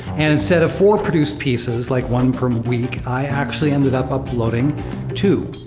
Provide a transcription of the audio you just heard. and instead of four produced pieces, like one per week, i actually ended up uploading two.